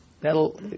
that'll